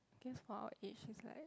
guess for our age is like